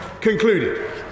concluded